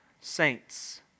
Saints